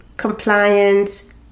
compliance